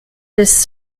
this